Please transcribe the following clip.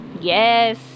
Yes